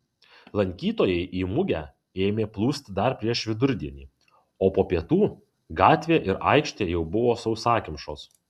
lankytojai į mugę ėmė plūsti dar prieš vidurdienį o po pietų gatvė ir aikštė jau buvo sausakimšos